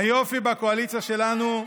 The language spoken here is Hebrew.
היופי בקואליציה שלנו,